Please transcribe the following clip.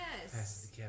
Yes